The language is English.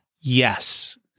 Yes